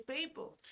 people